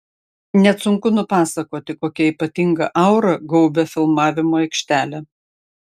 net sunku nupasakoti kokia ypatinga aura gaubia filmavimo aikštelę